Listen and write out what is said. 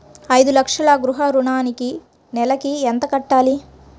ఐదు లక్షల గృహ ఋణానికి నెలకి ఎంత కట్టాలి?